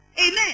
Amen